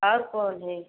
और कौन है